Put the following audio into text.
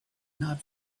not